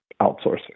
outsourcing